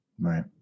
Right